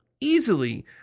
easily